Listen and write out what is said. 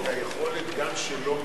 אלא יכולת גם שלא ממוצה,